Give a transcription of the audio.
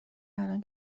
الان